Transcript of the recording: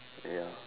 ya